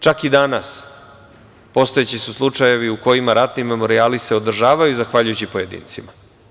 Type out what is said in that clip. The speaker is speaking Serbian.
Čak i danas postoje slučajevi u kojima se ratni memorijali održavaju zahvaljujući pojedincima.